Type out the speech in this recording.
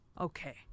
Okay